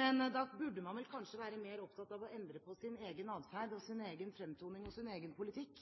men da burde man kanskje være mer opptatt av å endre på sin egen adferd og sin egen fremtoning og sin egen politikk